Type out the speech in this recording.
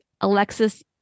Alexis